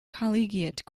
collegiate